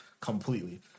completely